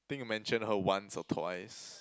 think I mention her once or twice